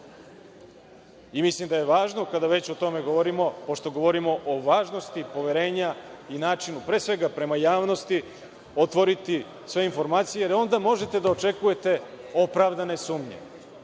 mislim da je važno kada već o tome govorimo, pošto govorimo o važnosti poverenja i načinu pre svega prema javnosti, otvoriti sve informacije, jer onda možete da očekujete opravdane sumnje.